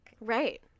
Right